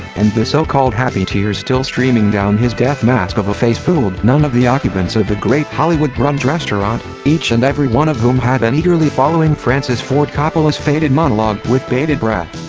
and the so-called happy tears still streaming down his death mask of a face fooled none of the occupants of the great hollywood brunch restaurant, each and every one of whom had been and eagerly following francis ford coppola's fated monologue with bated breath.